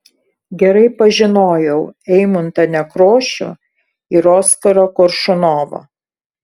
gerai pažinojau eimuntą nekrošių ir oskarą koršunovą